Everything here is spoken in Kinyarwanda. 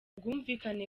ubwumvikane